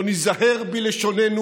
לא ניזהר בלשוננו,